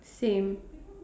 same